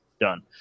done